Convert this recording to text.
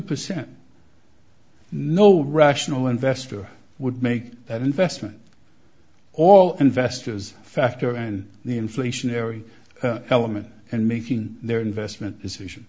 percent no rational investor would make that investment all investors factor in the inflationary element and making their investment decision